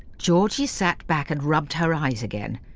georgie sat back and rubbed her eyes again.